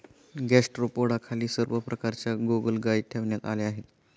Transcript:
गॅस्ट्रोपोडाखाली सर्व प्रकारच्या गोगलगायी ठेवण्यात आल्या आहेत